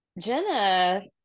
Jenna